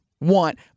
want